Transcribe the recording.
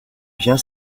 bien